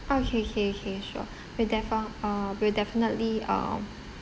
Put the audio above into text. ah K K K sure we defi~ uh we will definitely um